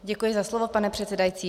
Děkuji za slovo, pane předsedající.